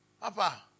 Papa